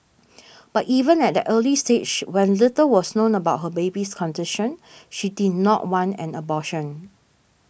but even at that early stage when little was known about her baby's condition she did not want an abortion